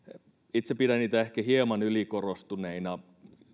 itse pidän niitä ehkä hieman ylikorostuneina